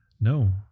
No